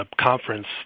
conference